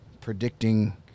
predicting